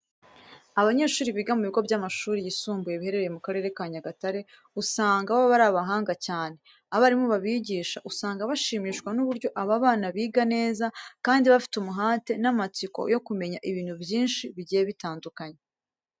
Abanyeshuri biga mu bigo by'amashuri yisumbuye biherereye mu Karere ka Nyagatare usanga baba ari abahanga cyane. Abarimu babigisha usanga bashimishwa n'uburyo aba bana biga neza kandi bafite umuhate n'amatsiko yo kumenya ibintu byinshi bigiye bitandukanye.